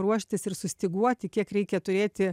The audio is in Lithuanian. ruoštis ir sustyguoti kiek reikia turėti